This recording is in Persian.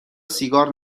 سیگار